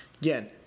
again